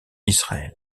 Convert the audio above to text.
israël